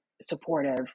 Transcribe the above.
supportive